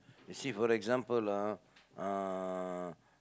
you see for example ah uh